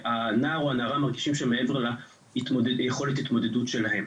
שהנער או הנערה מרגישים שהוא מעבר ליכולת ההתמודדות שלהם.